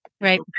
right